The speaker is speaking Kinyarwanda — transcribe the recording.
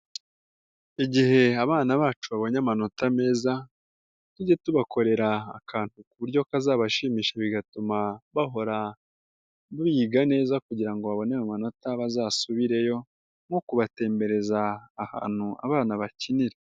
Igihe abana bacu babonye amanota meza tujye tubakorera akantu ku buryo kazabashimisha bigatuma bahora biga neza kugira ngo babone amanota bazasubireyo nko kubatembereza ahantu abana bakinira.